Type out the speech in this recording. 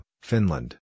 Finland